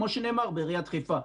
כמו שנאמר בעיריית חיפה.